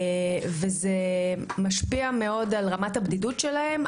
וזה משפיע מאוד על רמת הבדידות שלהם,